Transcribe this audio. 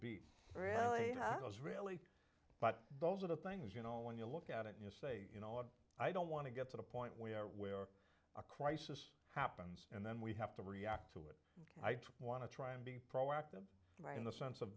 be really i was really but those are the things you know when you look at it you say you know what i don't want to get to the point we are where a crisis happens and then we have to react to it i want to try i'm being proactive in the sense of